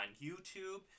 youtube